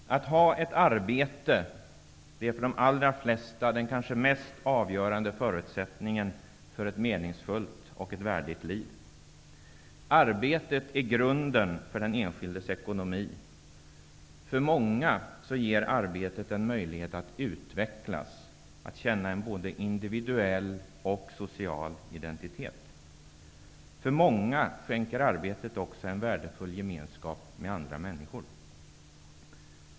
Fru talman! Att ha ett arbete är för de allra flesta den kanske mest avgörande förutsättningen för ett meningsfullt och värdigt liv. Arbetet är grunden för den enskildes ekonomi. För många ger arbetet en möjlighet att utvecklas och att både känna en individuell och en social identitet. För många skänker arbetet också en värdefull gemenskap med andra människor.